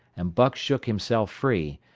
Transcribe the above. and buck shook himself free.